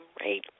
right